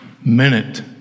minute